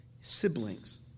siblings